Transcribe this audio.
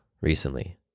recently